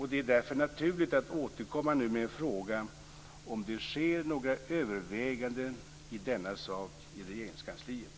Det är därför naturligt att nu återkomma med en fråga om det sker några överväganden i denna sak i Regeringskansliet.